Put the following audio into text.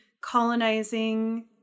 colonizing